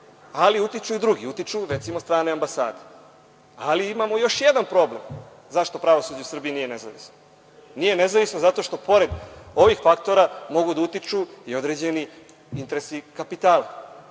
ali utiču i drugi. Utiču, recimo, strane ambasade. Ali, imamo još jedan problem. Zašto pravosuđe u Srbiji nije nezavisno? Nije nezavisno zato što pored ovih faktora mogu da utiču i određeni interesi kapitala.